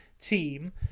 team